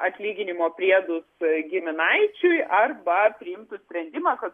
atlyginimo priedus giminaičiui arba priimtų sprendimą kad